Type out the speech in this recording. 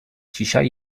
dzisiaj